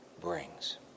brings